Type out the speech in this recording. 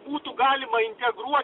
būtų galima integruot